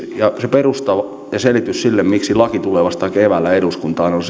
perusta ja selitys sille miksi laki tulee vasta keväällä eduskuntaan on se että